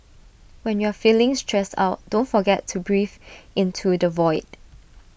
when you are feeling stressed out don't forget to breathe into the void